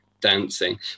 dancing